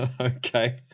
okay